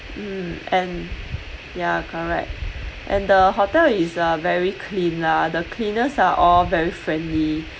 mm and ya correct and the hotel is uh very clean lah the cleaners are all very friendly